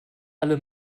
alle